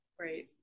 Right